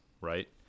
right